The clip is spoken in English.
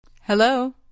Hello